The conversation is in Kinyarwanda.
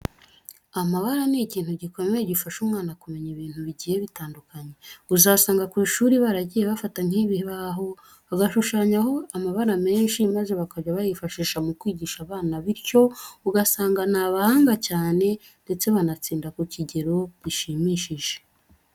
Amabara ni ikintu gikomeye gifasha umwana kumenya ibintu bigiye bitandukanye. Uzasanga ku ishuri baragiye bafata nk'ikibaho bagashushanyaho amabara menshi maze bakajya bayifashisha mu kwigisha abana bityo ugasanga ni abahanga cyane ndetse banatsinda ku kigero gishimishije.